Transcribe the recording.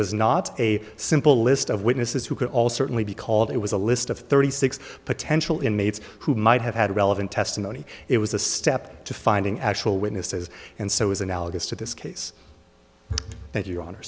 was not a simple list of witnesses who could all certainly be called it was a list of thirty six potential inmates who might have had relevant testimony it was a step to finding actual witnesses and so is analogous to this case that your hon